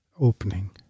opening